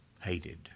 Hated